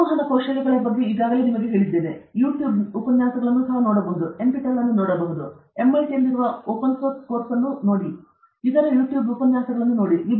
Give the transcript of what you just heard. ಸಂವಹನ ಕೌಶಲಗಳು ನಾನು ನಿಮಗೆ ಈಗಾಗಲೇ ಹೇಳಿದ್ದೇನೆ ನೀವು YouTube ಉಪನ್ಯಾಸಗಳನ್ನು ಸಹ ನೋಡಬಹುದು ನೀವು NPTEL ಅನ್ನು ನೋಡಬಹುದು MIT ನಲ್ಲಿರುವ ಮುಕ್ತ ಕೋರ್ಸ್ ಅನ್ನು ನೀವು ನೋಡಬಹುದು ನೀವು ಇತರ YouTube ಉಪನ್ಯಾಸಗಳನ್ನು ನೋಡಬಹುದಾಗಿದೆ